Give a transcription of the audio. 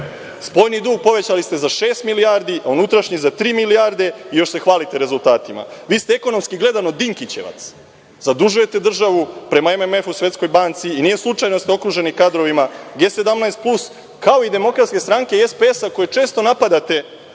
BDP.Spoljni dug povećali ste za šest milijardi a unutrašnji za tri milijarde i još se hvalite rezultatima. Vi ste, ekonomski gledano, Dinkićevac. Zadužujete državu prema MMF-u i Svetskoj banci i nije slučajno da ste okruženi kadrovima G 17 plus, kao i Demokratske stranke i SPS koje često napadate